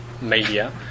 media